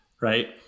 right